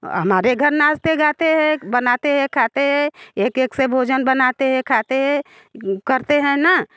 हमारे घर नाचते गाते है बनाते है खाते है एक एक से भोजन बनाते है खाते है करते है न